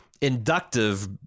inductive